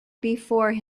before